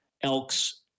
Elks